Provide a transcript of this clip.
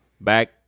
Back